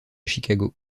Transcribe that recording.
chicago